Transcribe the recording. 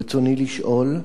רצוני לשאול: